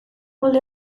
molde